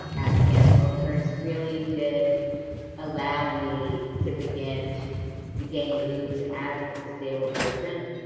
at camp oakhurst, really did allow me to begin to gain roots as a disabled person.